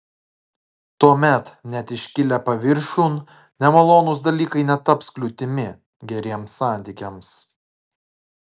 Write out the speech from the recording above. tuomet net iškilę paviršiun nemalonūs dalykai netaps kliūtimi geriems santykiams